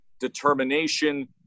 determination